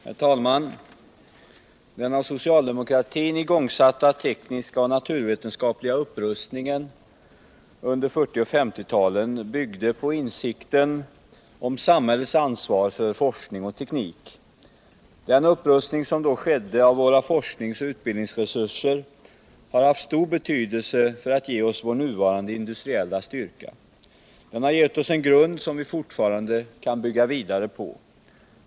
Herr talman! Den av socialdemokratin igångsatta tekniska och naturvetenskapliga upprustningen under 1940 och 1950-talen byggde på insikten om samhällets ansvar för forskning och teknik. Den upprustning som då skedde av våra forskningsoch utbildningsresurser har haft stor betydelse för att ge oss vår nuvarande industriella styrka. Den har gett oss en grund som vi fortfarande kan bygga vidare på.